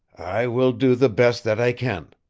i will do the best that i can,